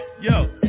Yo